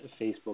Facebook